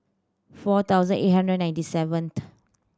four thousand eight hundred ninety seventh